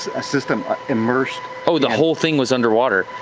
a system immersed. oh, the whole thing was under water.